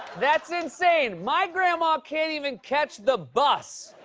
that's insane. my grandma can't even catch the bus.